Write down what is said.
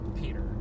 Peter